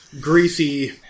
greasy